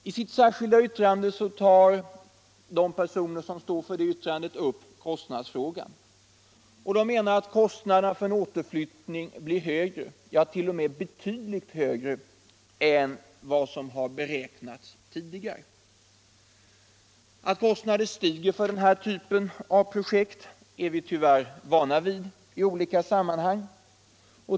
I det särskilda yttrande tar man upp kostnadsfrågan och menar att kostnaderna för en återflyttning blir högre, ja, t. 0. m. betydligt högre än vad som har beräknats tidigare. Att kostnader stiger för den här typen av projekt är vi dess värre vana vid i olika sammanhang.